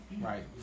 right